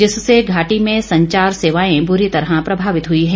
जिससे घाटी में संचार सेवाएं बुरी तरह प्रभावित हुई हैं